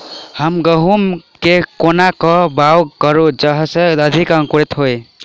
हम गहूम केँ कोना कऽ बाउग करू जयस अधिक अंकुरित होइ?